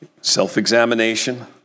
self-examination